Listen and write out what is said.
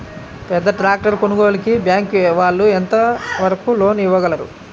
పెద్ద ట్రాక్టర్ కొనుగోలుకి బ్యాంకు వాళ్ళు ఎంత వరకు లోన్ ఇవ్వగలరు?